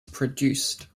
produced